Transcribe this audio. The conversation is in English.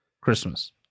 Christmas